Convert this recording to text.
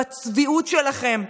בצביעות שלכם,